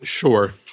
Sure